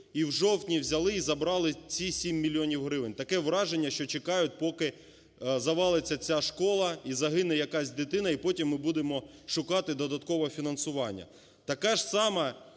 і в жовтні взяли і забрали ці 7 мільйонів гривень. Таке враження, що чекають поки завалиться ця школа і загине якась дитина, і потім ми будемо шукати додаткове фінансування. Така ж сама